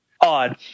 odd